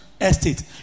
Estate